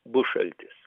bus šaltis